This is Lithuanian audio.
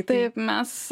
taip mes